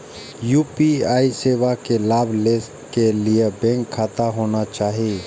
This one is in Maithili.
यू.पी.आई सेवा के लाभ लै के लिए बैंक खाता होना चाहि?